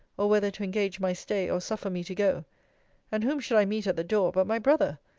or whether to engage my stay, or suffer me to go and whom should i meet at the door but my brother,